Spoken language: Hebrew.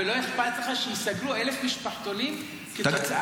ולא אכפת לך שייסגרו 1,000 משפחתונים כתוצאה מהחוק הזה?